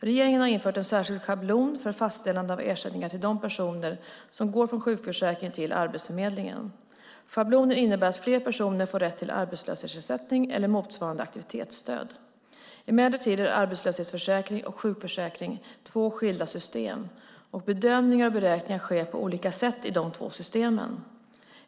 Regeringen har infört en särskild schablon för fastställande av ersättningen till de personer som går från sjukförsäkringen till Arbetsförmedlingen. Schablonen innebär att fler personer får rätt till arbetslöshetsersättning eller motsvarande aktivitetsstöd. Emellertid är arbetslöshetsförsäkringen och sjukförsäkringen två skilda system, och bedömningar och beräkningar sker på olika sätt i de två systemen.